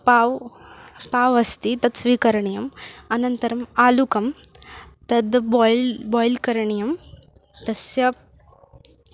पाव् पाव् अस्ति तत् स्वीकरणीयम् अनन्तरम् आलुकं तद् बोय्ल् बोय्ल् करणीयं तस्य